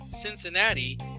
Cincinnati